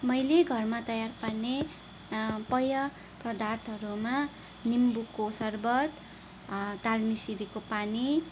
मैले घरमा तयार पार्ने पेय पदार्थहरूमा निम्बुको सर्बत तालमिसरीको पानी